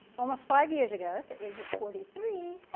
almost five years ago at the age of forty three,